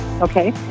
Okay